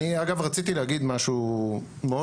אני אגב רציתי להגיד משהו עוד.